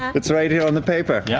it's right here on the paper. yeah